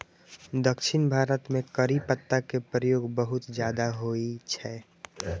दक्षिण भारत मे करी पत्ता के प्रयोग बहुत ज्यादा होइ छै